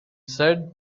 said